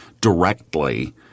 directly